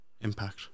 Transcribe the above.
impact